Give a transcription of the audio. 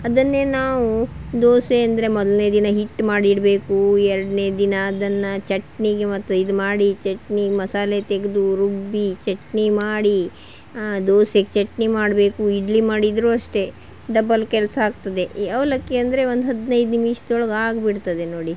ಅದನ್ನೇ ನಾವು ದೋಸೆ ಅಂದರೆ ಮೊದಲನೇ ದಿನ ಹಿಟ್ಟು ಮಾಡಿ ಇಡಬೇಕು ಎರಡನೇ ದಿನ ಅದನ್ನು ಚಟ್ನಿಗೆ ಮತ್ತೆ ಇದುಮಾಡಿ ಚಟ್ನಿ ಮಸಾಲೆ ತೆಗೆದು ರುಬ್ಬಿ ಚಟ್ನಿ ಮಾಡಿ ಆ ದೋಸೆಗೆ ಚಟ್ನಿ ಮಾಡಬೇಕು ಇಡ್ಲಿ ಮಾಡಿದರೂ ಅಷ್ಟೇ ಡಬಲ್ ಕೆಲಸ ಆಗ್ತದೆ ಈ ಅವಲಕ್ಕಿ ಅಂದರೆ ಒಂದು ಹದಿನೈದು ನಿಮಿಷ್ದೊಳಗೆ ಆಗಿಬಿಡ್ತದೆ ನೋಡಿ